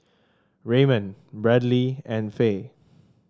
Raymond Bradly and Fay